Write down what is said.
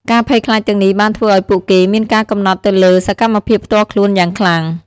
ការភ័យខ្លាចទាំងនេះបានធ្វើឱ្យពួកគេមានការកំណត់ទៅលើសកម្មភាពផ្ទាល់ខ្លួនយ៉ាងខ្លាំង។